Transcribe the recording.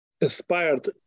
inspired